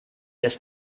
has